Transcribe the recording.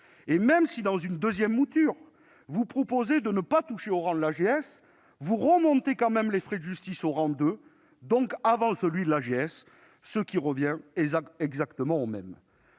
Même si, dans une deuxième mouture, vous proposez de ne pas toucher au rang de l'AGS, vous remontez quand même les frais de justice au deuxième rang, donc avant celui de l'AGS, ce qui revient exactement au même